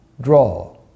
draw